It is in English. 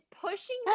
pushing